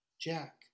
Jack